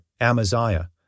Amaziah